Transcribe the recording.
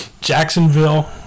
Jacksonville